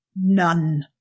None